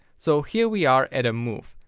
so here we are at a move.